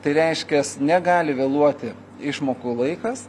tai reiškias negali vėluoti išmokų laikas